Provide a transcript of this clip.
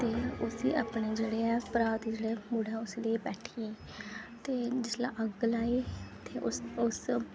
ते उसी अग्नि जेह्ड़ी ऐ अस मुड़ै उस गी लेइयै बैठियै ते जिसलै अग्ग लाई ते उस उस